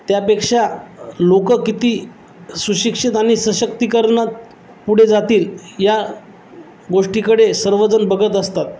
त्यापेक्षा लोकं किती सुशिक्षित आणि सशक्तिकरण पुढे जातील या गोष्टीकडे सर्वजण बघत असतात